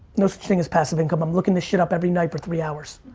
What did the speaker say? no such thing as passive income. i'm looking this shit up every night for three hours.